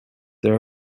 there